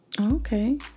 okay